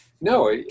no